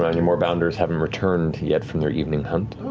ah your moorbounders haven't returned yet from their evening hunt.